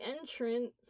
entrance